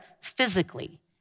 physically